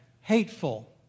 hateful